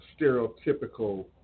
stereotypical